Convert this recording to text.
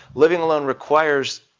living alone requires,